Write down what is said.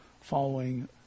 following